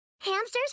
Hamsters